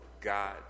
God